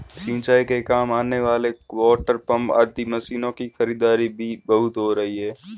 सिंचाई के काम आने वाले वाटरपम्प आदि मशीनों की खरीदारी भी बहुत हो रही है